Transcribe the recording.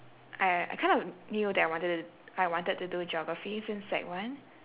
I I kind of knew that I wanted I wanted to do geography since sec one